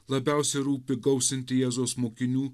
labiausiai rūpi gausinti jėzaus mokinių